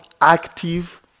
active